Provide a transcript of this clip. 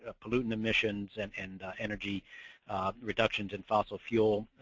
ah pollutant emissions, and and energy reduction in fossil fuel